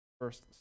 first